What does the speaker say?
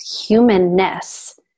humanness